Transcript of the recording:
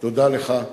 תודה לך.